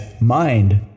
mind